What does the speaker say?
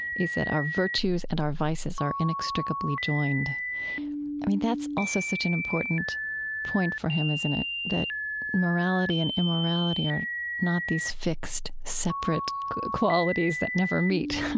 is our virtues and our vices are inextricably joined i mean that's also such an important point for him, isn't it, that morality and immorality are not these fixed, separate qualities that never meet